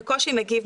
בקושי מגיב,